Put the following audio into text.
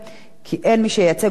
בטח לא מול הבנקים,